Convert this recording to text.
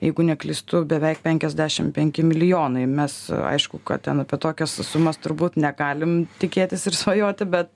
jeigu neklystu beveik penkiasdešim penki milijonai mes aišku kad ten apie tokias sumas turbūt negalim tikėtis ir svajoti bet